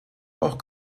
auch